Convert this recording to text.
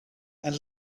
and